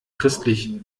christlich